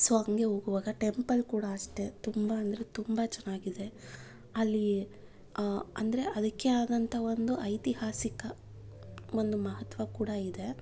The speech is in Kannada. ಸೊ ಹಾಗೆ ಹೋಗುವಾಗ ಟೆಂಪಲ್ ಕೂಡ ಅಷ್ಟೆ ತುಂಬ ಅಂದರೆ ತುಂಬ ಚೆನ್ನಾಗಿದೆ ಅಲ್ಲಿ ಅಂದರೆ ಅದಕ್ಕೆ ಆದಂತಹ ಒಂದು ಐತಿಹಾಸಿಕ ಒಂದು ಮಹತ್ವ ಕೂಡ ಇದೆ